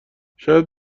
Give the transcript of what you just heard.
شاید